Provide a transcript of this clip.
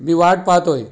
मी वाट पाहतोय